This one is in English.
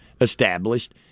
established